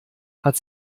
hat